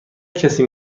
کسی